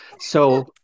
So-